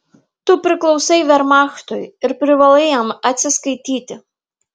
tu priklausai vermachtui ir privalai jam atsiskaityti